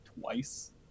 twice